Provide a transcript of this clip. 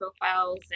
profiles